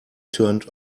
turned